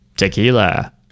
tequila